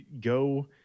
go